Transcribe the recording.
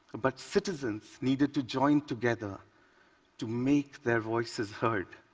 but citizens needed to join together to make their voices heard.